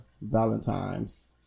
Valentine's